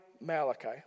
Malachi